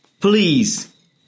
Please